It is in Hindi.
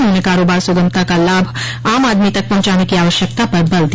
उन्होंने कारोबार सुगमता का लाभ आम आदमी तक पहुंचाने की आवश्यकता पर बल दिया